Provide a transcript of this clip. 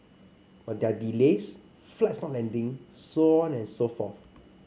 but there are delays flights not landing so on and so forth